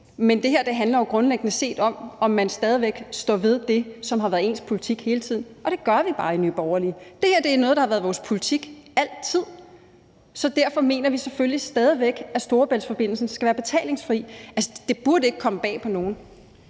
Men det her handler jo grundlæggende om, om man stadig væk står ved det, som har været ens politik hele tiden – og det gør vi bare i Nye Borgerlige. Det her er noget, der har været vores politik altid, så derfor mener vi selvfølgelig stadig væk, at Storebæltsforbindelsen skal være betalingsfri. Det burde ikke komme bag på nogen.